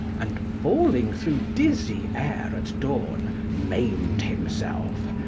and falling through dizzy air at dawn, maimed himself,